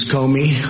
Comey